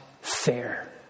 fair